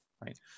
right